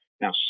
Now